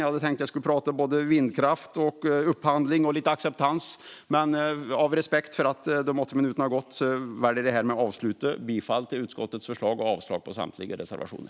Jag hade tänkt prata om både vindkraft, upphandling och lite acceptans, men av respekt för att mina minuter har gått väljer jag härmed att avsluta med att yrka bifall till utskottets förslag och avslag på samtliga reservationer.